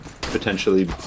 potentially